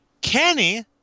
kenny